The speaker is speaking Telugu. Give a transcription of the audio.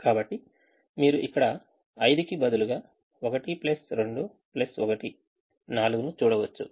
కాబట్టి మీరు ఇక్కడ 5 కి బదులుగా 1 2 1 4 ను చూడవచ్చు